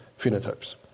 phenotypes